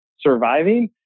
surviving